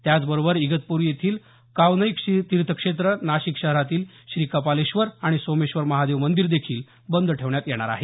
त्याच बरोबर इगतपूरी येथील कावनई तीर्थक्षेत्र नाशिक शहरातील श्री कपालेश्वर आणि सोमेश्वर महादेव मंदिर देखील बंद ठेवण्यात येणार आहे